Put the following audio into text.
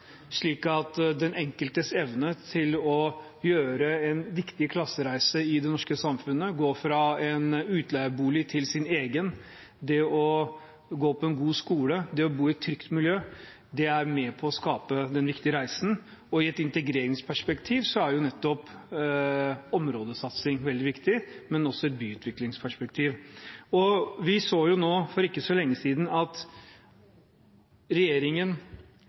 slik at den enkelte evner å gjøre en viktig klassereise i det norske samfunnet. Å gå fra utleiebolig til sin egen bolig, å gå på en god skole, å bo i et trygt miljø er med på å skape denne viktige reisen. I et integreringsperspektiv er nettopp områdesatsing veldig viktig, men også i et byutviklingsperspektiv. Vi så for ikke så lenge siden at regjeringen